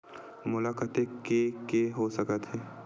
मोला कतेक के के हो सकत हे?